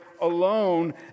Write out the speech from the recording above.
alone